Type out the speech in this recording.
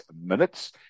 minutes